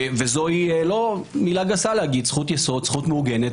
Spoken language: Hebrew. זה זכות יסוד, זכות מעוגנת.